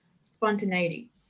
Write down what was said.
spontaneity